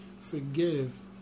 forgive